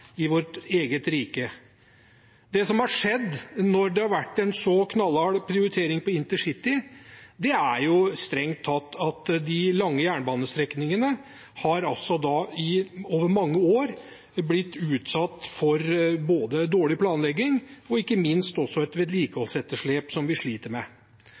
i vårt eget rike. Det som har skjedd når det har vært en så knallhard prioritering av intercity, er strengt tatt at de lange jernbanestrekningene over mange år har blitt utsatt for dårlig planlegging og ikke minst et vedlikeholdsetterslep, som vi sliter med.